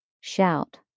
Shout